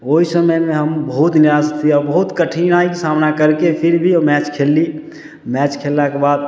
ओहि समयमे हम बहुत निराश छी बहुत कठिनाइके सामना करके फिर भी ओ मैच खेलली मैच खेललाके बाद